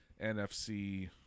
NFC